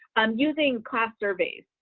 um using class surveys,